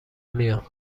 میان